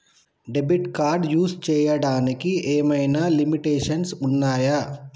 Debit card use చేయడానికి ఏమైనా limitations ఉన్నాయా?